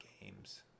games